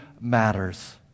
matters